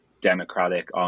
democratic